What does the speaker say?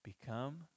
become